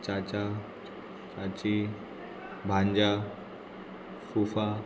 चाचा चाची भांजा फुफा